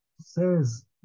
says